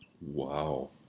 Wow